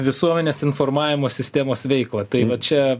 visuomenės informavimo sistemos veiklą tai va čia